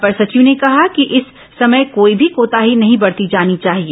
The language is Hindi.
अपर सचिव ने कहा कि इस समय कोई भी कोताही नहीं बरती जानी चाहिए